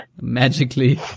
Magically